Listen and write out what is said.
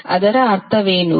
ಅದರ ಅರ್ಥವೇನು